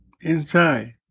Inside